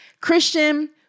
Christian